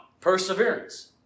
perseverance